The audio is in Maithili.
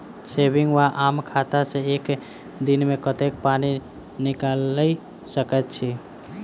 सेविंग वा आम खाता सँ एक दिनमे कतेक पानि निकाइल सकैत छी?